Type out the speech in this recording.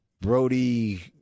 Brody